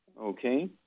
okay